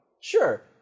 sure